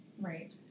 Right